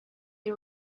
the